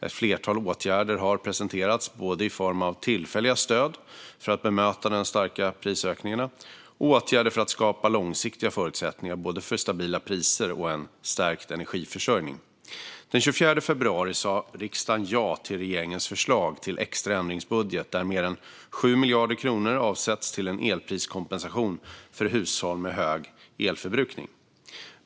Ett flertal åtgärder har presenterats, både i form av tillfälliga stöd för att bemöta de starka prisökningarna och åtgärder för att skapa långsiktiga förutsättningar både för stabila priser och för en stärkt energiförsörjning. Den 24 februari sa riksdagen ja till regeringens förslag till extra ändringsbudget, där mer än 7 miljarder kronor avsätts till en elpriskompensation för hushåll med hög elförbrukning.